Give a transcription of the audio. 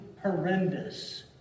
horrendous